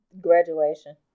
Graduation